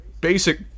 basic